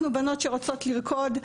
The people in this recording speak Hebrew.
בנות שרוצות לרקוד,